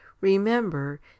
Remember